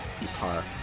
guitar